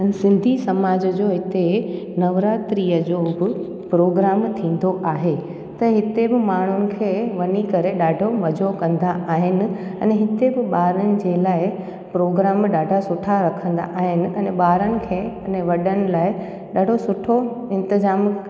ऐं सिंधी समाज जो हिते नवरात्रीअ जो बि प्रोग्राम थींदो आहे त हिते बि माण्हुनि खे वञी करे ॾाढो मज़ो कंदा आहिनि अने हिते बि ॿारनि जे लाइ प्रोग्राम ॾाढा सुठा रखंदा आहिनि अने ॿारनि खे अने वॾनि लाइ ॾाढो सुठो इंतिज़ामु